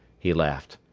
he laughed.